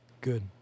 good